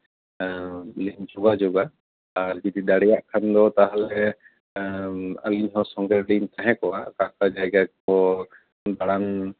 ᱞᱤᱧ ᱡᱚᱜᱟᱡᱳᱜᱟ ᱟᱨ ᱡᱩᱫᱤ ᱫᱟᱲᱮᱭᱟᱜ ᱠᱷᱟᱱ ᱫᱚ ᱛᱟᱦᱞᱮ ᱟᱹᱞᱤᱧ ᱦᱚᱸ ᱥᱚᱸᱜᱮ ᱨᱮᱞᱤᱧ ᱛᱟᱦᱮᱸ ᱠᱚᱜᱼᱟ ᱚᱠᱟᱼᱚᱠᱟ ᱡᱟᱭᱜᱟ ᱠᱚ ᱫᱟᱬᱟᱱ